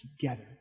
together